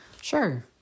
sure